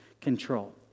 control